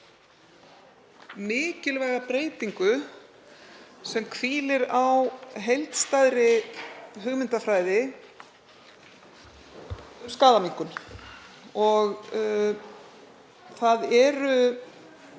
mikilvæga breytingu sem hvílir á heildstæðri hugmyndafræði um skaðaminnkun. Það eru